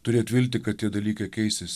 turėt viltį kad tie dalykai keisis